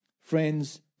Friends